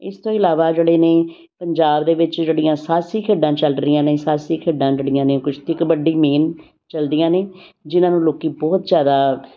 ਇਸ ਤੋਂ ਇਲਾਵਾ ਜਿਹੜੇ ਨੇ ਪੰਜਾਬ ਦੇ ਵਿੱਚ ਜਿਹੜੀਆਂ ਸਾਹਸੀ ਖੇਡਾਂ ਚੱਲ ਰਹੀਆਂ ਨੇ ਸਾਹਸੀ ਖੇਡਾਂ ਜਿਹੜੀਆਂ ਨੇ ਕੁਸ਼ਤੀ ਕਬੱਡੀ ਮੇਨ ਚਲਦੀਆਂ ਨੇ ਜਿਨ੍ਹਾਂ ਨੂੰ ਲੋਕ ਬਹੁਤ ਜ਼ਿਆਦਾ